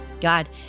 God